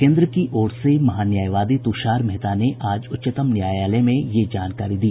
केंद्र की ओर से महान्यायवादी तुषार मेहता ने आज उच्चतम न्यायालय में यह जानकारी दी